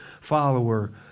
follower